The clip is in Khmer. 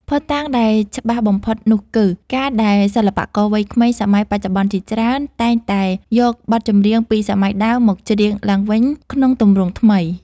ភស្តុតាងដែលច្បាស់បំផុតនោះគឺ ការដែលសិល្បករវ័យក្មេងសម័យបច្ចុប្បន្នជាច្រើន តែងតែយកបទចម្រៀងពីសម័យដើមមកច្រៀងឡើងវិញក្នុងទម្រង់ថ្មី